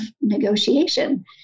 negotiation